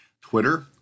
Twitter